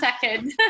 second